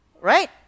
Right